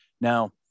Now